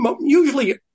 usually